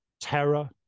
terror